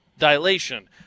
dilation